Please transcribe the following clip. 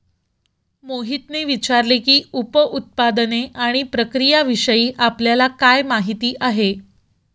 मोहितने विचारले की, उप उत्पादने आणि प्रक्रियाविषयी आपल्याला काय माहिती आहे?